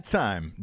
time